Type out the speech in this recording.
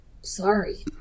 sorry